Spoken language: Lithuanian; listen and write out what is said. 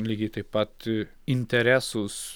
lygiai taip pat interesus